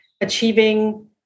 achieving